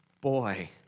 Boy